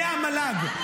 זה המל"ג.